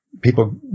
people